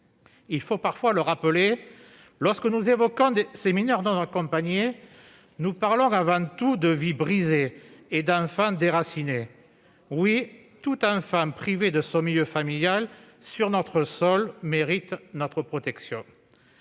Il faut parfois le rappeler, lorsque nous évoquons les mineurs non accompagnés (MNA), nous parlons avant tout de vies brisées et d'enfants déracinés. Oui, tout enfant privé de son milieu familial, sur notre sol, mérite notre protection.